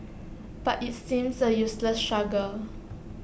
but IT seems A useless struggle